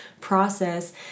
process